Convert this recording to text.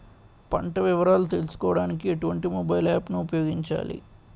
పంట వివరాలు తెలుసుకోడానికి ఎటువంటి మొబైల్ యాప్ ను ఉపయోగించాలి?